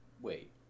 Wait